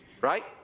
right